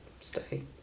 Stay